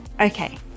Okay